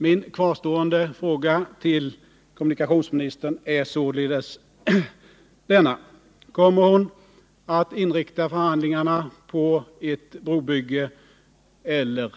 Min fråga kvarstår: Kommer kommunikationsministern att inrikta förhandlingarna på ett brobygge eller ej?